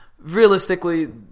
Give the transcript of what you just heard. realistically